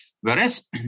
Whereas